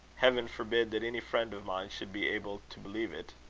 heaven forbid that any friend of mine should be able to believe it!